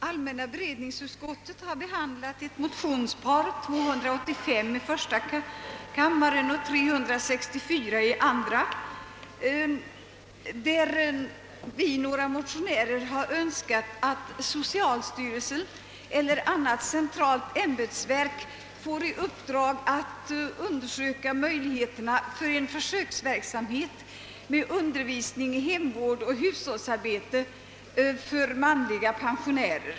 Allmänna beredningsutskottet har behandlat ett motionspar, 1: 285 och II: 364, där vi motionärer har Önskat att socialstyrelsen eller annat centralt ämbetsverk får i uppdrag att undersöka möjligheterna för en försöksverksamhet med undervisning i hemvård och hushållsarbete för manliga pensionärer.